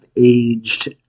aged